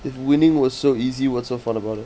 if winning was so easy what's so fun about it